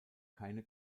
keine